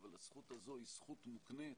אבל הזכות הזאת היא זכות מוקנית.